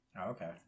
Okay